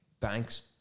banks